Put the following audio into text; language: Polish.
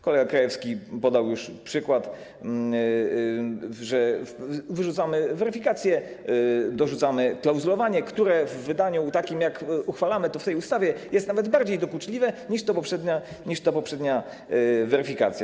Kolega Krajewski podał już przykład, że wyrzucamy weryfikację, ale dorzucamy klauzulowanie, które w wydaniu takim, jak uchwalamy to w tej ustawie, jest nawet bardziej dokuczliwe niż ta poprzednia weryfikacja.